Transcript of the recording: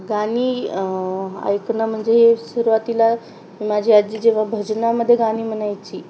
गाणी ऐकणं म्हणजे सुरवातीला माझी आजी जेव्हा भजनामध्ये गाणी म्हणायची